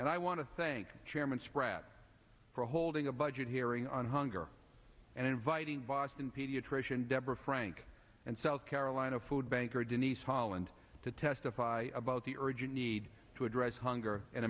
and i want to thank sharon spratt for holding a budget hearing on hunger and inviting boston pediatrician deborah frank and south carolina food banker denise holland to testify about the urgent need to address hunger in